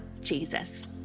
Jesus